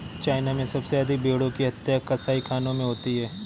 China में सबसे अधिक भेंड़ों की हत्या कसाईखानों में होती है